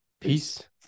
Peace